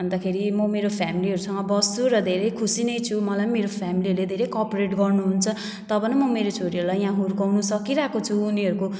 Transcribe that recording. अनि तखेरि म मेरो फ्यामिलीहरूसँग बस्छु र धेरै खुसी नै छु मलाई पनि मेरो फ्यामिलीहरूले धेरै कोप्रेट गर्नुहुन्छ तब न म मेरो छोरीहरूलाई यहाँ हुर्काउनु सकिरहे को छु उनीहरूको